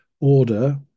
order